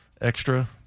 extra